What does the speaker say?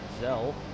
Zell